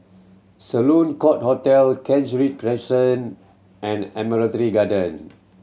Sloane Court Hotel Kent Ridge Crescent and Admiralty Garden